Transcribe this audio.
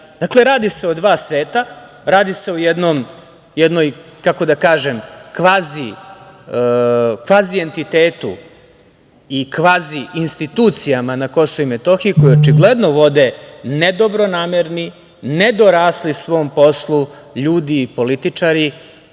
radi se o dva sveta, radi se o jednom, kako da kažem, kvazi entitetu i kvazi institucijama na KiM koje očigledno vode nedobronamerni, nedorasli svom poslu ljudi i političari